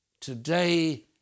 today